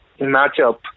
matchup